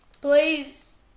Please